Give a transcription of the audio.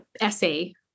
essay